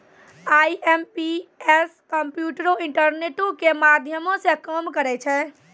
IMPS कम्प्यूटरो, इंटरनेटो के माध्यमो से काम करै छै